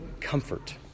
comfort